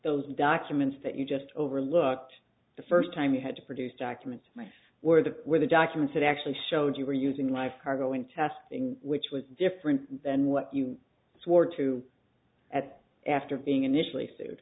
those documents that you just overlooked the first time you had to produce documents where the where the documents that actually showed you were using life cargo and testing which was different than what you swore to at after being initially